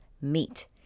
meet